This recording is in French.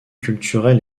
culturel